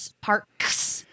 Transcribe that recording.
parks